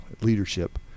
leadership